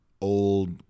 old